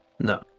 No